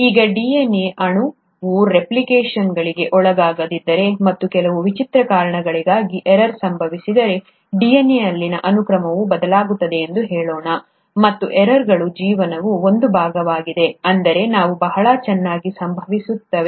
ಈಗ ಈ DNA ಅಣುವು ರೆಪ್ಲಿಕೇಷನ್ಗೆ ಒಳಗಾಗಿದ್ದರೆ ಮತ್ತು ಕೆಲವು ವಿಚಿತ್ರ ಕಾರಣಗಳಿಗಾಗಿ ಎರರ್ ಸಂಭವಿಸಿದರೆ DNA ಯಲ್ಲಿನ ಅನುಕ್ರಮವು ಬದಲಾಗುತ್ತದೆ ಎಂದು ಹೇಳೋಣ ಮತ್ತು ಎರರ್ಗಳು ಜೀವನದ ಒಂದು ಭಾಗವಾಗಿದೆ ಅಂದರೆ ಅವು ಬಹಳ ಚೆನ್ನಾಗಿ ಸಂಭವಿಸುತ್ತವೆ